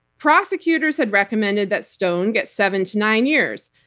prosecutors had recommended that stone gets seven to nine years.